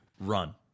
run